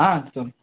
ஆ சொல்லுங்கள்